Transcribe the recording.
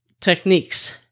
techniques